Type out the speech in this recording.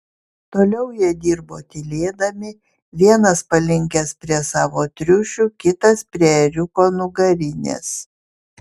toliau jie dirbo tylėdami vienas palinkęs prie savo triušių kitas prie ėriuko nugarinės